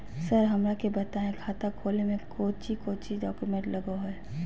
Sir हमरा के बताएं खाता खोले में कोच्चि कोच्चि डॉक्यूमेंट लगो है?